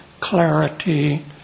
clarity